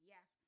Yes